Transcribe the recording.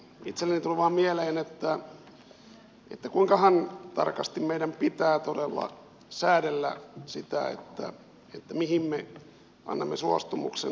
itselleni tuli vain mieleen että kuinkahan tarkasti meidän pitää todella säädellä sitä mihin me annamme suostumuksen